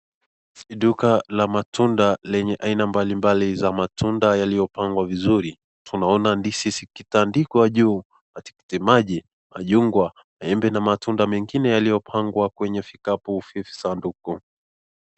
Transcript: Ni duka la matunda lenye aina mbalimbali za matunda yaliyopangwa vizuri. Tunaona ndizi zikitandikwa juu, matikiti maji, machungwa, maembe na matunda mengine yaliyopangwa kwenye vikapu vya sanduku.